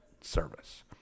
service